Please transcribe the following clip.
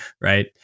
right